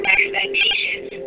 expectations